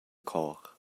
cor